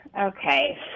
Okay